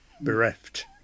bereft